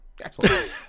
Excellent